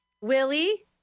Willie